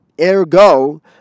Ergo